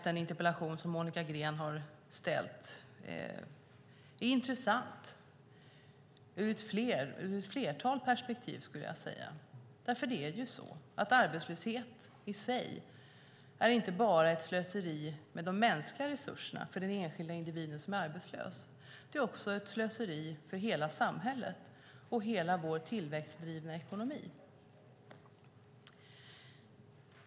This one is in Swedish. Den interpellation som Monica Green har ställt är intressant ur flera perspektiv. Arbetslöshet i sig är inte bara ett slöseri med de mänskliga resurserna - den enskilde individen som är arbetslös - utan det är också ett slöseri med hela samhället och med hela vår tillväxtdrivna ekonomi.